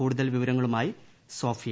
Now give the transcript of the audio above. കൂടുതൽ വിവരങ്ങളുമായി സോഫിയ